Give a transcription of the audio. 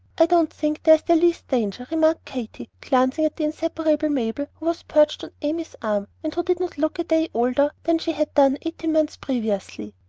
i don't think there's the least danger, remarked katy glancing at the inseparable mabel, who was perched on amy's arm, and who did not look a day older than she had done eighteen months previously.